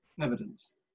evidence